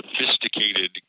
sophisticated